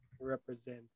represent